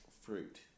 fruit